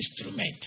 instrument